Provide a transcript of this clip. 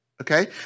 okay